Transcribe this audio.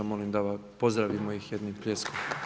Molim da pozdravimo ih jednim pljeskom.